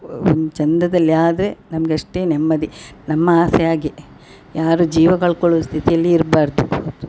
ವ ಒಂದು ಚಂದದಲ್ಲಿ ಆದರೆ ನಮ್ಗೆ ಅಷ್ಟೇ ನೆಮ್ಮದಿ ನಮ್ಮ ಆಸೆ ಹಾಗೆ ಯಾರು ಜೀವ ಕಳ್ಕೊಳ್ಳುವ ಸ್ಥಿತಿಯಲ್ಲಿ ಇರ್ಬಾರದು